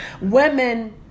women